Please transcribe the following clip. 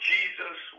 Jesus